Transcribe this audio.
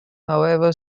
however